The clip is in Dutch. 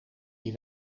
die